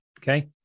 Okay